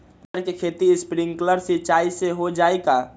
मटर के खेती स्प्रिंकलर सिंचाई से हो जाई का?